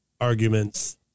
arguments